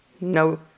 no